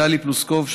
טלי פלוסקוב,